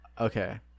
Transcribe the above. Okay